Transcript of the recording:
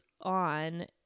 on